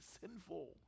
sinful